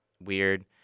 weird